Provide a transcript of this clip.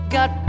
Got